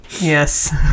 Yes